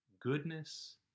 goodness